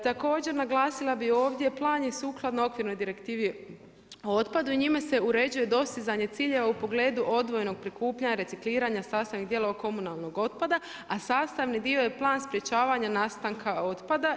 Također, naglasila bih ovdje, plan je sukladno okvirnoj direktivi o otpadu i njime se uređuje dostizanje ciljeva u pogledu odvojenog prikupljanja, recikliranja sastavnih dijelova komunalnog otpada a sastavni dio je plan sprječavanja nastanka otpada.